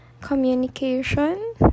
communication